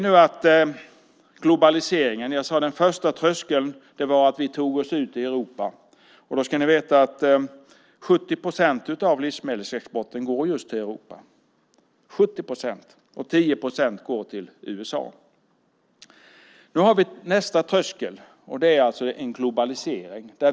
Jag sade att den första tröskeln var att vi tog oss ut i Europa. 70 procent av livsmedelsexporten går till Europa. 10 procent går till USA. Nu har vi nästa tröskel. Det är globaliseringen.